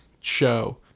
show